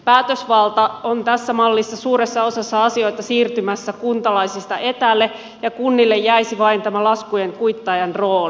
päätösvalta on tässä mallissa suuressa osassa asioita siirtymässä kuntalaisista etäälle ja kunnille jäisi vain tämä laskujen kuittaajan rooli